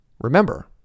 Remember